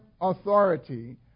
authority